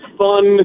fun